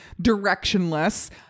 directionless